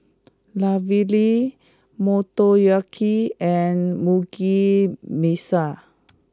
Ravioli Motoyaki and Mugi Meshi